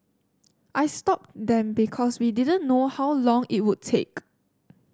I stopped them because we didn't know how long it would take